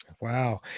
Wow